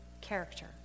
character